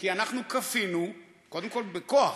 כי אנחנו כפינו, קודם כול בכוח,